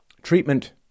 Treatment